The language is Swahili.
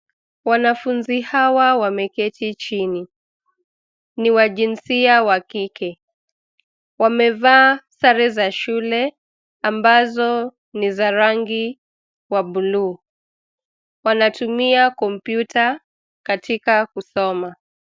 Wanafunzi hawa wameketi chini ni wajinsia ya kike. Wameva sare za shule ambazo nizarangi wa bluu, wanatumia kompyuta katika kusoma.